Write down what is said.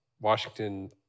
Washington